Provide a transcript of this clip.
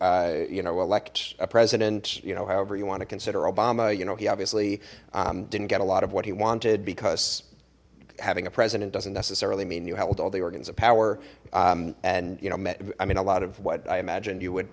you you know elect a president you know however you want to consider obama you know he obviously didn't get a lot of what he wanted because having a president doesn't necessarily mean you held all the organs of power and you know me i mean a lot of what i imagined you would